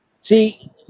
See